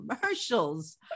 commercials